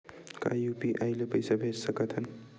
का यू.पी.आई ले पईसा भेज सकत हन?